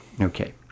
Okay